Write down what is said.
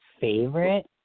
favorite